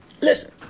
Listen